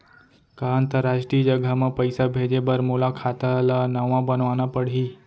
का अंतरराष्ट्रीय जगह म पइसा भेजे बर मोला खाता ल नवा बनवाना पड़ही?